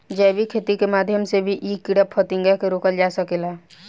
जैविक खेती के माध्यम से भी इ कीड़ा फतिंगा के रोकल जा सकेला